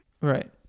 Right